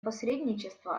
посредничества